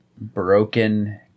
broken